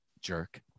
jerk